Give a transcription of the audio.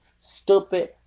stupid